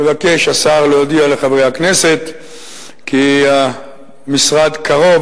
מבקש השר להודיע לחברי הכנסת כי המשרד קרוב